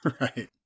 right